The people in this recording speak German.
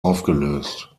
aufgelöst